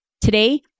today